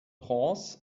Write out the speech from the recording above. prince